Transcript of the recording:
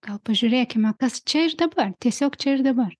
gal pažiūrėkime kas čia ir dabar tiesiog čia ir dabar